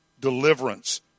deliverance